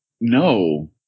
No